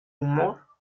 humor